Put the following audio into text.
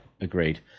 agreed